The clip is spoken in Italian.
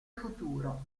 futuro